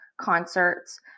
concerts